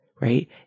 right